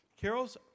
Carol's